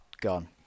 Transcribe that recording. gone